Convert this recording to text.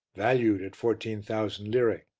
valued at fourteen thousand lire.